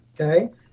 okay